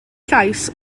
llais